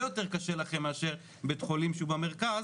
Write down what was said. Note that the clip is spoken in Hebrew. יותר קשה לכם מאשר בית חולים שהוא במרכז,